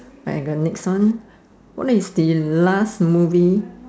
I got next one what is the last movie